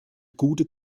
gute